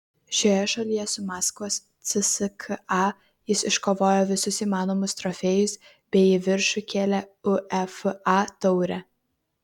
šioje šalyje su maskvos cska jis iškovojo visus įmanomus trofėjus bei į viršų kėlė uefa taurę